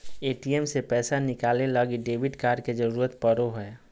ATM से पैसा निकाले लगी डेबिट कार्ड के जरूरत पड़ो हय